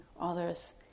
others